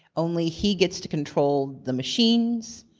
only he gets to control the machines,